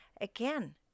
Again